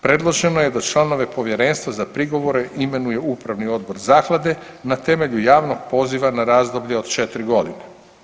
Predloženo je da članove povjerenstva za prigovore imenuje upravni odbor zaklade na temelju javnog poziva na razdoblje od 4.g.